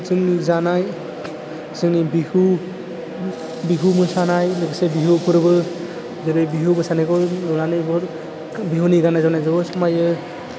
जोंनि जानाय जोंनि बिहु बिहु मोसानाय लोगोसे बिहु फोरबो जेरै बिहु मोसानायखौ नुनानै बहुद बिहुनि गान्नाय जोमनायजोंबो समाइयो